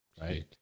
Right